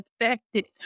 affected